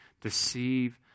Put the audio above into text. deceive